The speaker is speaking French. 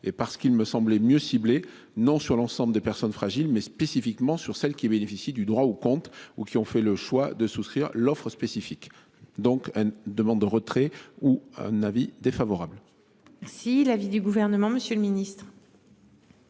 et parce qu'il me semblait mieux cibler non sur l'ensemble des personnes fragiles mais spécifiquement sur celle qui bénéficient du droit au compte, ou qui ont fait le choix de souscrire l'offre spécifique. Donc une demande de retrait ou un avis défavorable. Si l'avis du gouvernement, monsieur le ministre.